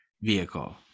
vehicle